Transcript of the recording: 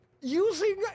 using